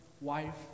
wife